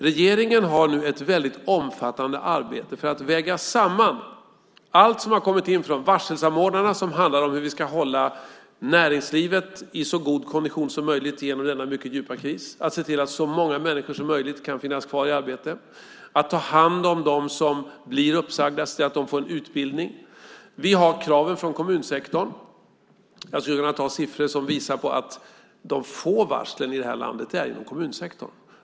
Regeringen har nu ett väldigt omfattande arbete för att väga samman allt som har kommit in från varselsamordnarna, som handlar om hur vi ska hålla näringslivet i så god kondition som möjligt genom denna mycket djupa kris, att se till att så många människor som möjligt kan finnas kvar i arbete och att ta hand om dem som blir uppsagda, se till att de får en utbildning. Vi har kraven från kommunsektorn. Jag skulle kunna ta upp siffror som visar på att det är få varsel i det här landet inom kommunsektorn.